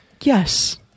yes